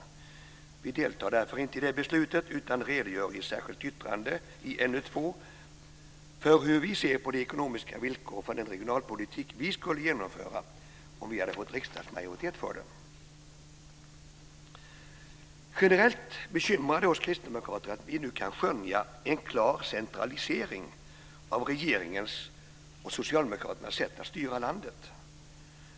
Vi deltar därför inte i det beslutet utan redogör i ett särskilt yttrande i NU2 för hur vi ser på de ekonomiska villkoren för den regionalpolitik som vi skulle genomföra om vi hade fått riksdagsmajoritet för den. Generellt bekymrar det oss kristdemokrater att vi nu kan skönja en klar centralisering av regeringens och socialdemokraternas sätt att styra landet.